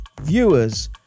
viewers